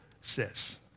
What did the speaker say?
says